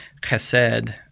chesed